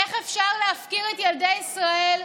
איך אפשר להפקיר את ילדי ישראל,